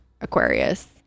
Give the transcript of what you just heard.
Aquarius